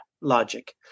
logic